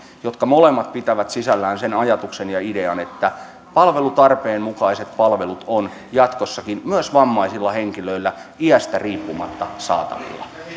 jotka molemmat pitävät sisällään sen ajatuksen ja idean että palvelutarpeen mukaiset palvelut ovat jatkossakin myös vammaisilla henkilöillä iästä riippumatta saatavilla